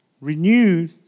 renewed